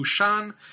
Lushan